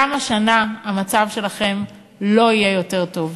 גם השנה המצב שלכם לא יהיה יותר טוב.